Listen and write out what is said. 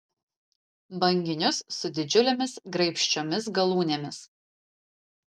banginius su didžiulėmis graibščiomis galūnėmis